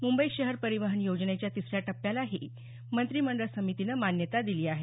मुंबई शहर परिवहन योजनेच्या तिसऱ्या टप्प्यालाही मंत्रिमंडळ समितीनं मान्यता दिली आहे